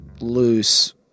loose